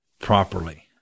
properly